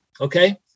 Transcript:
Okay